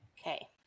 Okay